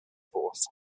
force